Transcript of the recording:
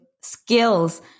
skills